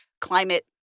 climate